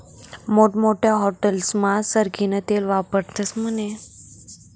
मोठमोठ्या हाटेलस्मा सरकीनं तेल वापरतस म्हने